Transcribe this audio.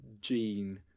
gene